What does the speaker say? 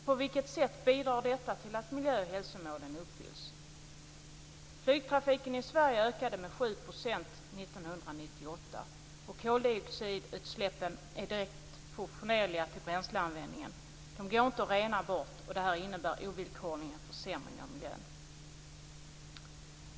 På vilket sätt bidrar detta till att miljö och hälsomålen uppfylls? Flygtrafiken i Sverige ökade med 7 % år 1998, och koldioxidutsläppen är direkt proportionella till bränsleanvändningen. De går inte att rena bort, och detta innebär ovillkorligen en försämring av miljön.